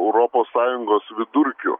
europos sąjungos vidurkiu